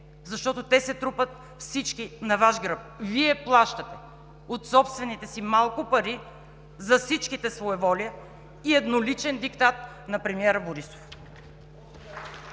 защото те се трупат всички на Ваш гръб, Вие плащате от собствените си малко пари за всичките своеволия и едноличен диктат на премиера Борисов.